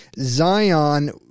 Zion